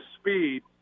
speed